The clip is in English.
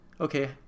Okay